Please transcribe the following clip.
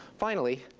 finally,